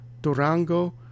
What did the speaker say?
Durango